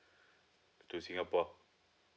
to singapore